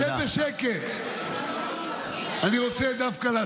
בשביל זה אני יושב פה.